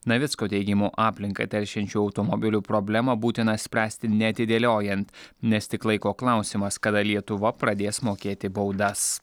navicko teigimu aplinką teršiančių automobilių problemą būtina spręsti neatidėliojant nes tik laiko klausimas kada lietuva pradės mokėti baudas